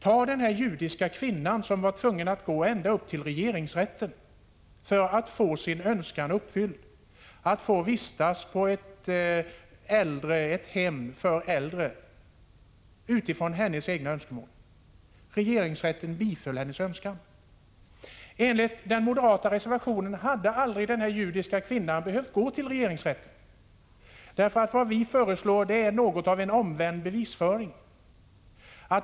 Tag som exempel den judiska kvinna som var tvungen att gå ända upp till regeringsrätten för att få sin önskan uppfylld, att få vistas på ett hem för äldre utifrån sina egna önskemål. Regeringen biföll hennes önskan. Enligt den moderata reservationen hade aldrig denna judiska kvinna behövt gå till regeringsrätten. Vad vi föreslår är nämligen något av en omvänd bevisföring.